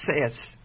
says